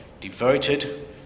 devoted